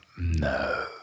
No